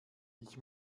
ich